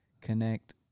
connect